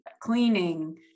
cleaning